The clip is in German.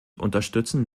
unterstützen